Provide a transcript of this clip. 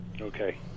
Okay